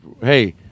Hey